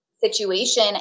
situation